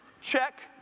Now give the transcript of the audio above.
check